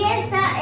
esta